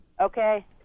okay